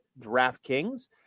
DraftKings